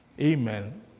Amen